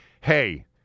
hey